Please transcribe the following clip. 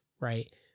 right